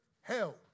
hell